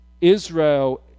Israel